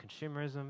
consumerism